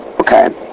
Okay